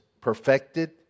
perfected